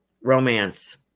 Romance